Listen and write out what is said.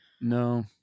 No